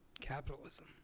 Capitalism